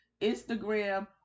Instagram